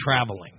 traveling